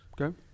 Okay